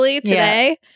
today